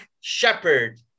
shepherd